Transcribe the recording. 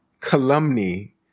calumny